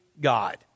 God